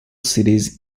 cities